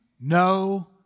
no